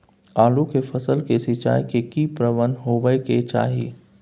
आलू के फसल के सिंचाई के की प्रबंध होबय के चाही?